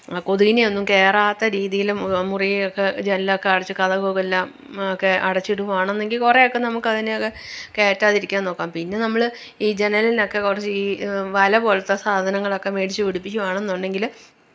കൊതുകിനെയൊന്നും കയറാത്ത രീതിയിലും മുറിയൊക്കെ ജനലൊക്കെ അടച്ച് കതകുകളെല്ലാം ഒക്കെ അടച്ചിടുവാണെന്നുടെങ്കിൽ കുറെയൊക്കെ നമുക്ക് അതിനെയൊക്കെ കയറ്റാതിരിക്കാൻ നോക്കാം പിന്നെ നമ്മള് ഈ ജനലൊക്കെ കുറച്ച് ഈ വല പോലത്തെ സാധനങ്ങളൊക്കെ മേടിച്ച് പിടിപ്പിക്കുവാണെന്നുണ്ടെങ്കില്